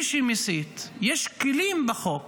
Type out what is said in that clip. מי שמסית, יש כלים בחוק